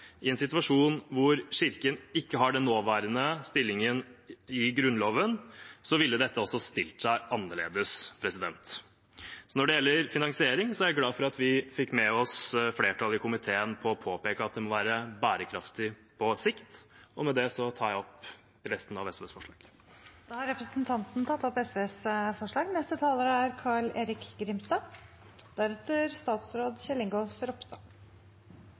I en situasjon hvor kirken ikke har den nåværende stillingen i Grunnloven, ville dette også stilt seg annerledes. Når det gjelder finansiering, er jeg glad for at vi fikk med oss flertallet i komiteen på å påpeke at det må være bærekraftig på sikt. Med det tar jeg opp de forslagene SV er alene om. Representanten Freddy André Øvstegård har tatt opp